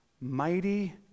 mighty